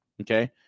okay